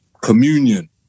communion